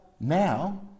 now